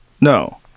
No